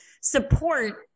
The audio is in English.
support